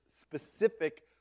specific